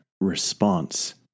response